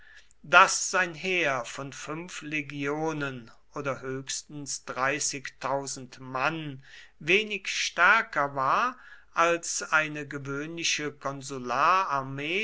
daß sein heer von fünf legionen oder höchstens mann wenig stärker war als eine gewöhnliche